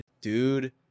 dude